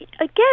again